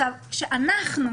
כשאנחנו,